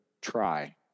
try